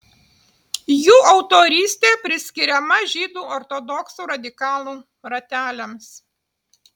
jų autorystė priskiriama žydų ortodoksų radikalų rateliams